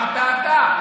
אמרת אתה.